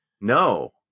No